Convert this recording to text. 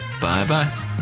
Bye-bye